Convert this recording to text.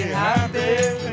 happy